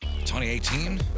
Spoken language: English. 2018